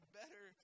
better